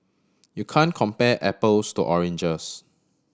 you can compare apples to oranges